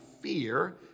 fear